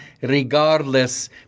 regardless